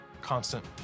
constant